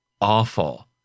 awful